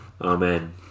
amen